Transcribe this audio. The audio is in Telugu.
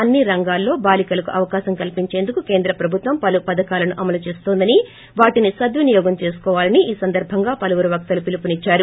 అన్ని రంగాల్లో బాలికలకు అవకాశం కల్సించేందుకు కేంద్ర ప్రభుత్వం పలు పథకాలను అమలు చేస్తోందన వాటిని సద్వినియోగం చేసుకోవాలని ఈ సందర్భంగా పలువురు వక్తలు పిలుపునిచ్చారు